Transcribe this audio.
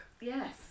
Yes